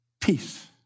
peace